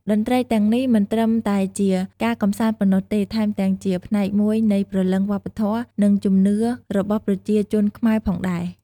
តន្ត្រីទាំងនេះមិនត្រឹមតែជាការកម្សាន្តប៉ុណ្ណោះទេ ថែមទាំងជាផ្នែកមួយនៃព្រលឹងវប្បធម៌ និងជំនឿរបស់ប្រជាជនខ្មែរផងដែរ។